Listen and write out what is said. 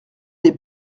des